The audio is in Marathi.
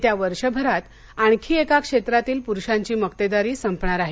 येत्या वर्षभरात आणखी एका क्षेत्रातली पुरूषांची मक्तेदारी संपणार आहे